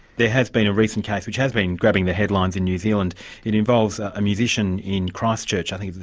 there has been a recent case, which has been grabbing the headlines in new zealand it involves a musician in christchurch i think,